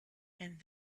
and